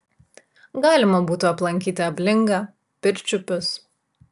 galima būtų aplankyti ablingą pirčiupius